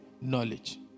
knowledge